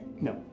No